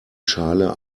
schale